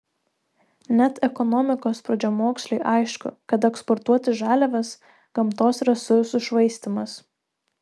net ekonomikos pradžiamoksliui aišku kad eksportuoti žaliavas gamtos resursų švaistymas